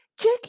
Check